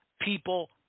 people